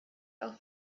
auch